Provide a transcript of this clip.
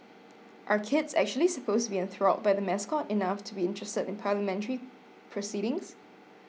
are kids actually supposed to be enthralled by the mascot enough to be interested in Parliamentary proceedings